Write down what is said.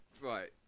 Right